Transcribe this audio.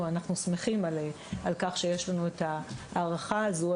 שמחים על כך שיש לנו את ההארכה הזו,